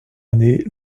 année